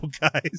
guys